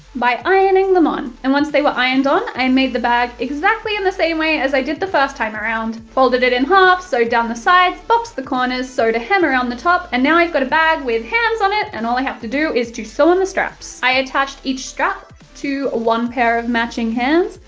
by ironing them on. and once they were ironed on, i and made the bag exactly in the same way as i did the first time around folded it in half, sewed down the sides, boxed the corners, sewed a hem around the top, and i've now got a bag with hands on it, and all i have to do is to sew on the straps. i attached each strap to one pair of matching hands,